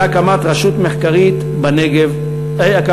והקמת רשות מחקרית בגליל.